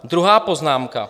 Druhá poznámka.